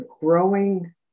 growing